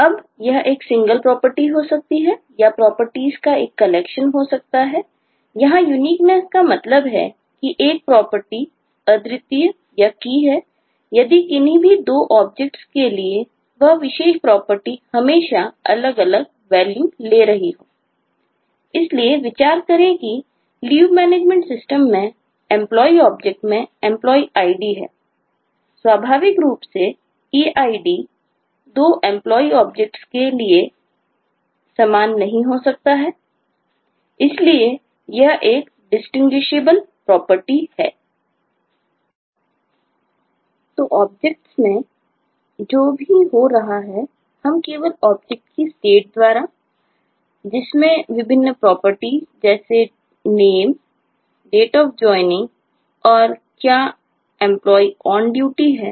अब यह एक सिंगल प्रॉपर्टी है